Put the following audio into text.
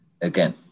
again